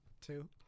Two